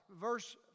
verse